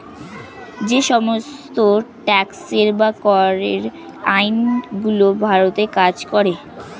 যে সমস্ত ট্যাক্সের বা করের আইন গুলো ভারতে কাজ করে